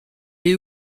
est